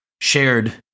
shared